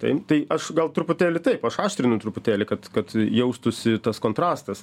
taip tai aš gal truputėlį taip aš aštrinu truputėlį kad kad jaustųsi tas kontrastas